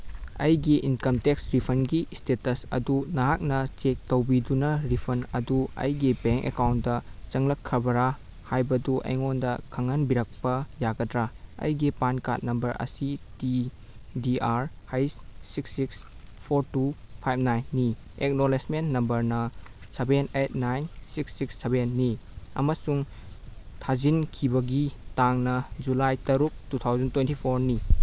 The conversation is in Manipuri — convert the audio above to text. ꯑꯩꯒꯤ ꯏꯟꯀꯝ ꯇꯦꯛꯁ ꯔꯤꯐꯟꯒꯤ ꯏꯁꯇꯦꯇꯁ ꯑꯗꯨ ꯅꯍꯥꯛꯅ ꯆꯦꯛ ꯇꯧꯕꯤꯗꯨꯅ ꯔꯤꯐꯟ ꯑꯗꯨ ꯑꯩꯒꯤ ꯕꯦꯡ ꯑꯦꯀꯥꯎꯟꯇ ꯆꯪꯂꯛꯈ꯭ꯔꯕ꯭ꯔꯥ ꯍꯥꯏꯕꯗꯨ ꯑꯩꯉꯣꯟꯗ ꯈꯪꯍꯟꯕꯤꯔꯛꯄ ꯌꯥꯒꯗ꯭ꯔꯥ ꯑꯩꯒꯤ ꯄꯥꯟ ꯀꯥꯔꯠ ꯅꯝꯕꯔ ꯑꯁꯤ ꯇꯤ ꯗꯤ ꯑꯥꯔ ꯍꯩꯁ six six four two five ꯅꯥꯏꯟꯅꯤ ꯑꯦꯛꯅꯣꯂꯦꯖꯃꯦꯟ ꯅꯝꯕꯔꯅ seven eight nine six six ꯁꯚꯦꯟꯅꯤ ꯑꯃꯁꯨꯡ ꯊꯥꯖꯤꯟꯈꯤꯕꯒꯤ ꯇꯥꯡꯅ ꯖꯨꯂꯥꯏ ꯇꯔꯨꯛ ꯇꯨ ꯊꯥꯎꯖꯟ ꯇ꯭ꯋꯦꯟꯇꯤ ꯐꯣꯔꯅꯤ